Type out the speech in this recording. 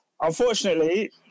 Unfortunately